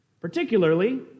Particularly